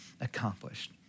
accomplished